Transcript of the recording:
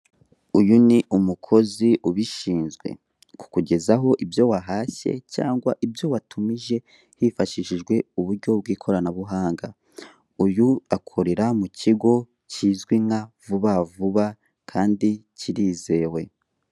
Uyu ni umukozi ubishinzwe kukugezaho ibyo wahashye cyangwa watumije hifashishijwe uburyo bw'ikoranabuhanga, uyu akorera mu kigo kizwi nka Vuba Vuba Kandi kirizewe.